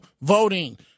voting